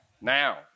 now